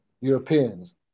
Europeans